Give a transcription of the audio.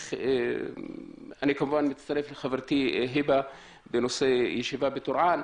אני מצטרף לחברתי היבה בנושא ישיבה על טורעאן,